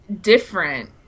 different